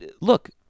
Look